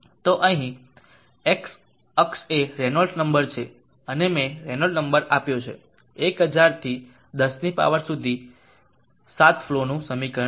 તો અહીં x અક્ષ એ રેનાલ્ટ નંબર છે અને મેં રેનૌલ્ટ નંબર આપ્યો છે 1000 થી 10 ની પાવર સુધી 7 ફ્લોનું સમીકરણ છે